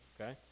Okay